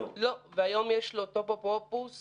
לא, והיום יש לאותו אפוטרופוס